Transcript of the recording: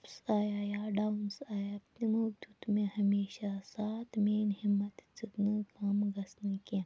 ups آیا یا downs آیا تِمو دیٛت مےٚ ہمیشہ ساتھ میٛٲنۍ ہمَت دژٕکھ نہٕ کَم گژھنہِ کیٚنٛہہ